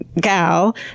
Gal